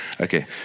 Okay